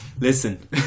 Listen